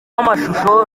amashusho